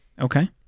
Okay